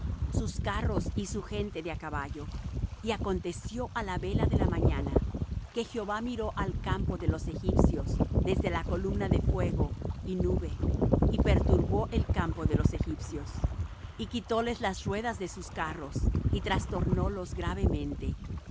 sus carros y su gente de á caballo y aconteció á la vela de la mañana que jehová miró al campo de los egipcios desde la columna de fuego y nube y perturbó el campo de los egipcios y quitóles las ruedas de sus carros y trastornólos gravemente